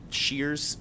shears